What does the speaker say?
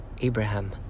Abraham